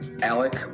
Alec